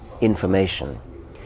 information